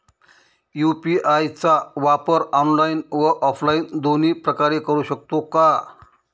UPI चा वापर online व ऑफलाईन दोन्ही प्रकारे करु शकतो का?